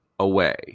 away